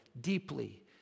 deeply